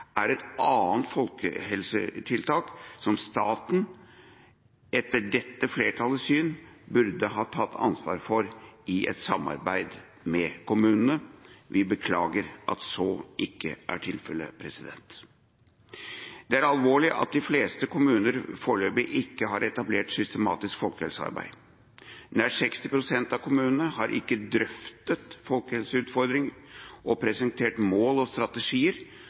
er et annet folkehelsetiltak som staten etter dette flertallets syn burde ha tatt ansvar for i et samarbeid med kommunene. Vi beklager at så ikke er tilfellet. Det er alvorlig at de fleste kommuner foreløpig ikke har etablert systematisk folkehelsearbeid. Nær 60 pst. av kommunene har ikke drøftet folkehelseutfordringer og presentert mål og strategier